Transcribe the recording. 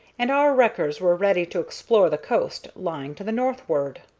and our wreckers were ready to explore the coast lying to the northward.